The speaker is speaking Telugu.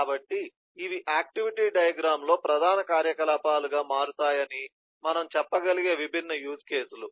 కాబట్టి ఇవి ఆక్టివిటీ డయాగ్రమ్ లో ప్రధాన కార్యకలాపాలుగా మారుతాయని మనము చెప్పగలిగే విభిన్న యూజ్ కేసులు